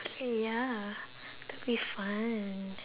eh ya that'll be fun